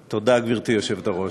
תודה, גברתי היושבת-ראש,